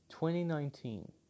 2019